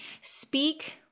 speak